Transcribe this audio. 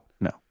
No